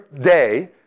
day